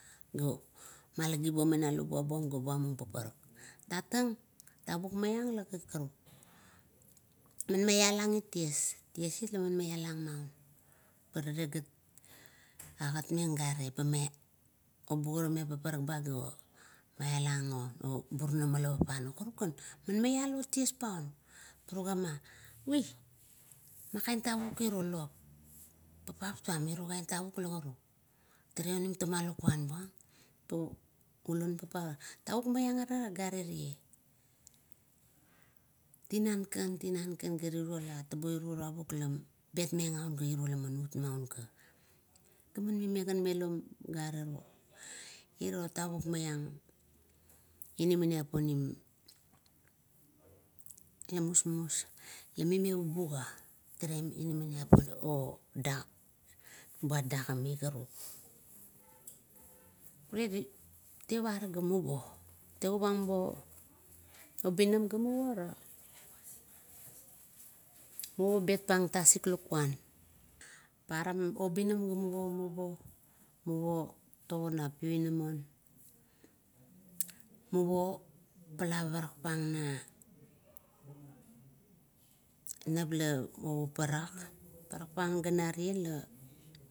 Ga malagibuong mena luap buam ga bualang paparak. Tatang tavuk malang la kakaruk. Man maialang it ties, ties it laman maialang maun, pa rale gat agatmeng, un gare obugeameng paparak ba, ga malialang o, burunam ula papano, karukan. Man maialot ties paun, pa ruguama, man kain tavuk iro kan tavuk tale onim toma lukuan buang, pa kulon papa tavuk maiang ara gare rie. Tinan kan, tinan kan are iro tavuk la betmeng aun, ga tirola an utmaun ka. Ga mime gan melo garero, uro tavuk maiang inamaniap onim lemusmus, mime ubuga, tare inamaniap oda, odagami karuk, miri, tevara gamuvora. Muvo bet pang tasik lukuan, paro obinam gamavo, gamuvo, muvo o tago na pioinamon. Muvo pala parakpang na naep o paparak, parak pang ga narieng